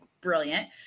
brilliant